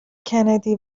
کندی